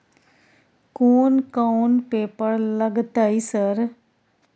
कोन कौन पेपर लगतै सर?